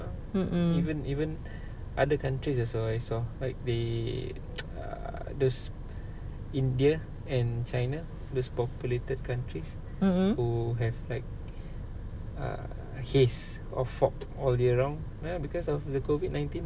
mm mm mm mm